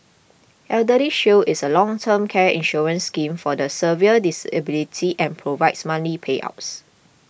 eldershield is a long term care insurance scheme for the severe disability and provides monthly payouts